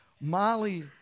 Molly